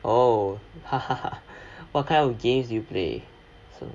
oh ha ha ha what kind of games you play so